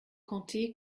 compter